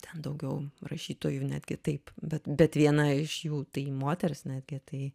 ten daugiau rašytojų netgi taip bet bet viena iš jų tai moteris netgi tai